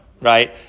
right